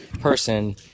person